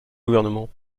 gouvernements